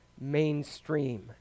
mainstream